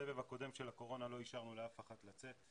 בסבב הקודם של הקורונה לא אישרנו לאף אחת לצאת.